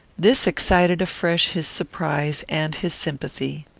this excited afresh his surprise and his sympathy.